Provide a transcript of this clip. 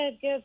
good